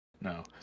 no